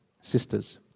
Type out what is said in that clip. sisters